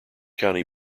county